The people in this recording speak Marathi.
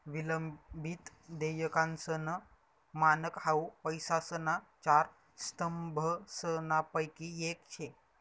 विलंबित देयकासनं मानक हाउ पैसासना चार स्तंभसनापैकी येक शे